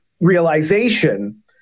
realization